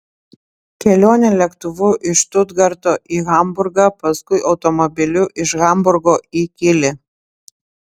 kelionė lėktuvu iš štutgarto į hamburgą paskui automobiliu iš hamburgo į kylį